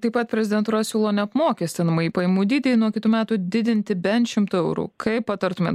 taip pat prezidentūra siūlo neapmokestinamąjį pajamų dydį nuo kitų metų didinti bent šimtu eurų kaip patartumėt